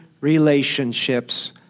relationships